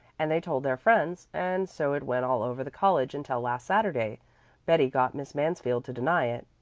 and they told their friends, and so it went all over the college until last saturday betty got miss mansfield to deny it.